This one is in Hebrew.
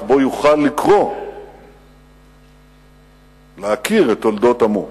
שבו יוכל לקרוא ולהכיר את תולדות עמו,